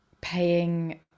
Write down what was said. paying